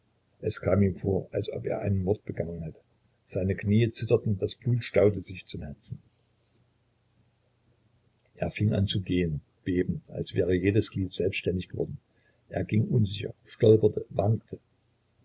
es kam ihm vor als ob er einen mord begangen hätte seine knie zitterten das blut staute sich zum herzen er fing an zu gehen bebend als wäre jedes glied selbständig geworden er ging unsicher stolperte wankte